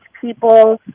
people